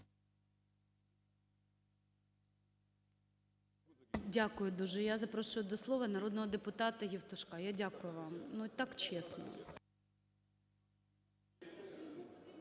Дякую дуже. Я запрошую до слова народного депутата Євтушка. Я дякую вам. Ну, так чесно.